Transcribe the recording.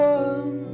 one